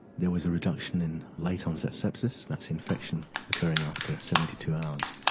there was a reduction in late onset sepsis, that's infection occurring after seventy two hours,